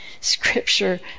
Scripture